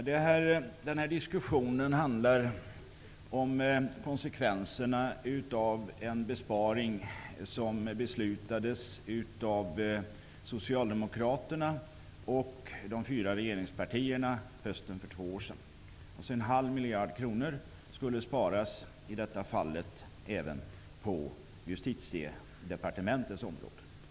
Herr talman! Denna diskussion handlar om konsekvenserna av en besparing som beslutades om och av Socialdemokraterna och de fyra regeringspartierna hösten för två år sedan. En halv miljard kronor skulle sparas, i detta fall även på Justitiedepartementets område.